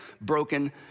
Broken